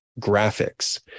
graphics